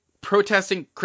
protesting